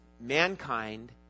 mankind